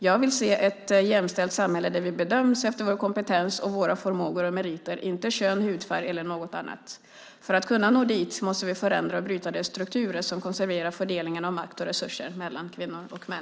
Jag vill se ett jämställt samhälle där vi bedöms efter vår kompetens och våra förmågor och meriter, inte kön, hudfärg eller något annat. För att kunna nå dit måste vi förändra och bryta de strukturer som konserverar fördelningen av makt och resurser mellan kvinnor och män.